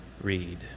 read